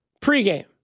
pregame